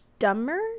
Dumber